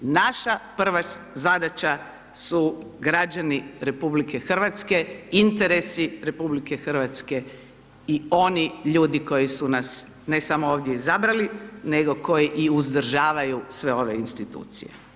Naša prva zadaća su građani RH, interesi RH i oni ljudi koji su nas ne samo ovdje izbrali nego koji i uzdržavaju sve one institucije.